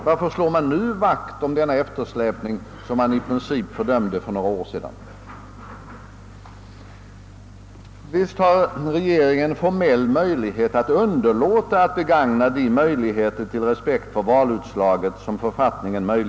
Varför slår man nu vakt om den eftersläpning som man i princip fördömde för några år sedan? Visst har regeringen formell rätt att underlåta att begagna de möjligheter att visa respekt för valutslaget som författningen ger.